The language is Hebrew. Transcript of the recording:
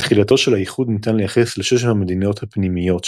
את תחילתו של האיחוד ניתן לייחס לשש המדינות "הפנימיות",